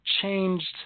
changed